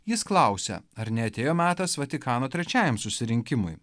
jis klausia ar neatėjo metas vatikano trečiajam susirinkimui